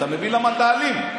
אתה מביא למה אתה אלים?